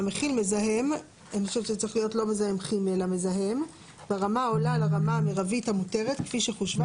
והמכיל מזהם ברמה העולה לרמה המירבית המותרת כפי שחושבה